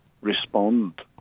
Respond